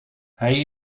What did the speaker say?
hij